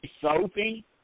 Sophie